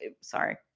sorry